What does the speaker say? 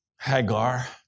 Hagar